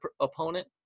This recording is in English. opponent